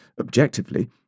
objectively